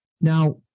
Now